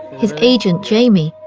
his agent, jamie,